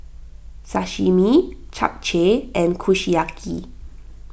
Sashimi Japchae and Kushiyaki